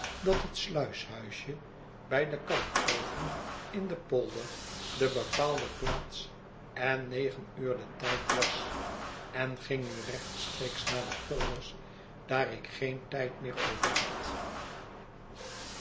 dat het sluishuisje bij den kalkoveninden polder de bepaalde plaats en negen uur de tijd was en ging nu rechtstreeks naar de polders daar ik geen tijd meer overhad